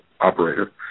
operator